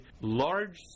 large